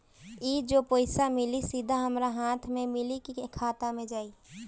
ई जो पइसा मिली सीधा हमरा हाथ में मिली कि खाता में जाई?